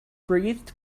breathed